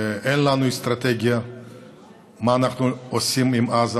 אין לנו אסטרטגיה מה אנחנו עושים עם עזה,